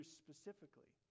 specifically